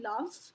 love